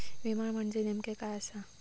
विमा म्हणजे नेमक्या काय आसा?